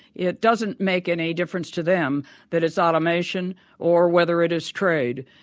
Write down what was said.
it doesn't make any difference to them that it's automation or whether it is trade.